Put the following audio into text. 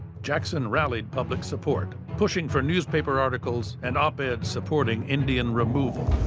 jackson rallied public support, pushing for newspaper articles and op-eds supporting indian removal,